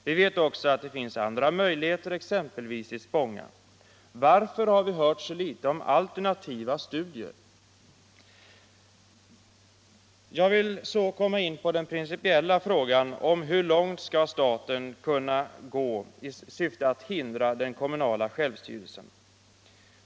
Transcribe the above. Vi vet också att det finns andra möjligheter, exempelvis i Spånga. Varför har vi hört så litet om alternativa studier? Jag vill så komma in på den principiella frågan om hur långt staten skall kunna gå i syfte att hindra den kommunala självstyrelsen.